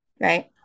right